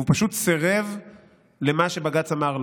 הוא פשוט סירב למה שבג"ץ אמר לו.